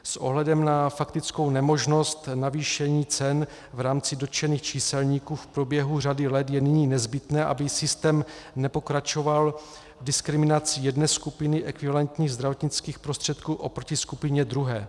S ohledem na faktickou nemožnost navýšení cen v rámci dotčených číselníků v průběhu řady let je nyní nezbytné, aby systém nepokračoval diskriminací jedné skupiny ekvivalentních zdravotnických prostředků oproti skupině druhé.